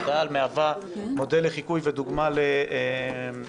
העל מהווה מודל לחיקוי ודוגמה לצעירים.